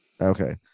Okay